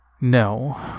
No